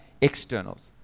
externals